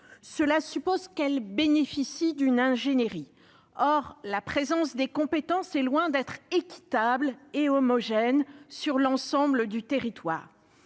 Cela suppose qu'elles bénéficient d'une ingénierie. Or la présence des compétences est loin d'être équitable et homogène sur l'ensemble du territoire.